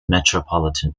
metropolitan